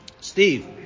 Steve